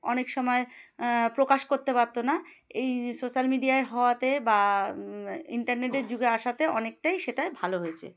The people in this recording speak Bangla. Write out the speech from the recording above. অনেক সময় প্রকাশ করতে পারত না এই সোশ্যাল মিডিয়া হওয়াতে বা ইন্টারনেটের যুগে আসাতে অনেকটাই সেটাই ভালো হয়েছে